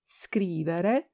scrivere